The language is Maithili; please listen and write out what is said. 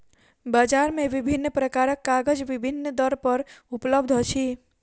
बजार मे विभिन्न प्रकारक कागज विभिन्न दर पर उपलब्ध अछि